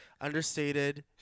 understated